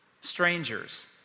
strangers